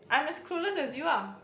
I'm as clueless as you are